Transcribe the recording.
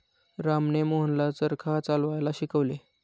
रामने मोहनला चरखा चालवायला शिकवले